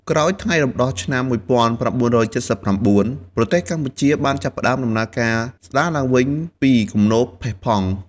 ក្រោយថ្ងៃរំដោះឆ្នាំ១៩៧៩ ប្រទេសកម្ពុជាបានចាប់ផ្តើមដំណើរការស្តារឡើងវិញពីគំនរផេះផង់។